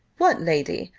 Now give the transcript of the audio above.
what lady?